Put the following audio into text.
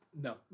No